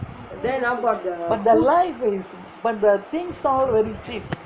but the life is but the things all very cheap